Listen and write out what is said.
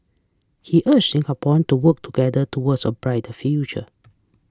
he urged Singaporean to work together towards a brighter future